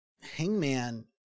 Hangman